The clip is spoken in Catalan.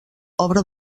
obra